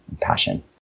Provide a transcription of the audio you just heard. passion